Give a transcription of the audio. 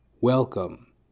Welcome